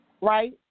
right